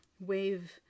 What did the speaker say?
wave